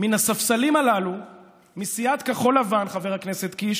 מן הספסלים הללו מסיעת כחול לבן, חבר הכנסת קיש,